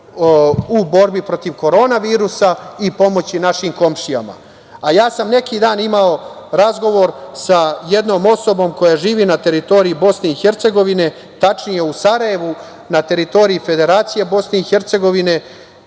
u borbi protiv korona virusa i pomoći našim komšijama. Ja sam pre neki dan imao razgovor sa jednom osobom koja živi na teritoriji Bosne i Hercegovine, tačnije u Sarajevu, na teritoriji Federacije BiH,